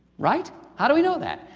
right? how do we know that?